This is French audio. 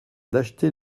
d’acheter